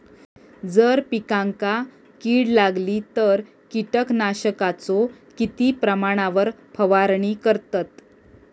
जर पिकांका कीड लागली तर कीटकनाशकाचो किती प्रमाणावर फवारणी करतत?